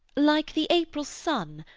like the april sun,